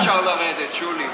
שולי, כמה נמוך אפשר לרדת, שולי?